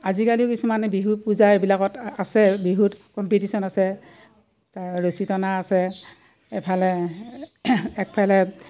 আজিকালিও কিছুমান বিহু পূজা এইবিলাকত আছে বিহুত কম্পিটিচন আছে ৰছী টনা আছে এফালে একফালে